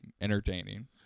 entertaining